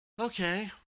Okay